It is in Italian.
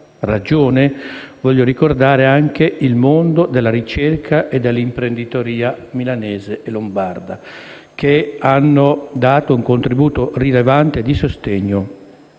ragione - anche il mondo della ricerca e dell'imprenditoria milanese e lombarda, che hanno dato un contributo rilevante e di sostegno